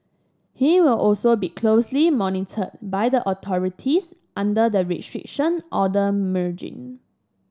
he will also be closely monitored by the authorities under the Restriction Order merge